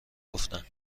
گفتند